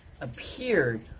appeared